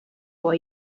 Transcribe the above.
vor